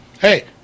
Hey